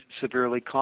severely